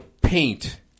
paint